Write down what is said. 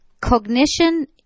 cognition